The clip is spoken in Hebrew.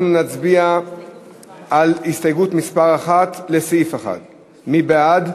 אנחנו נצביע על הסתייגות מס' 1 לסעיף 1. מי בעד?